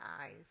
eyes